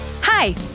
Hi